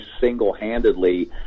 single-handedly